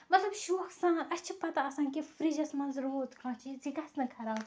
مطلب شوقہٕ سان اَسہِ چھُ پَتہ آسان کہِ فرجَس منٛز روٗد کانٛہہ چیٖز یہِ گژھِ نہٕ خراب